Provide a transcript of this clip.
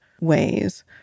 ways